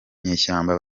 nyeshyamba